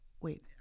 wait